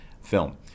film